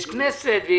יש כנסת.